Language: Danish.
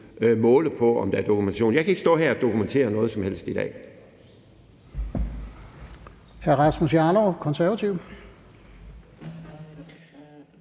måle på, om der er dokumentation. Jeg kan ikke stå her og dokumentere noget som helst i dag. Kl. 14:25 Fjerde